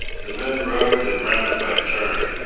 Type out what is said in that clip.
the men rode and ran by turn,